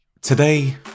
Today